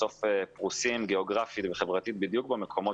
שבסוף פרוסים גיאוגרפית וחברתית בדיוק במקומות